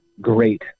great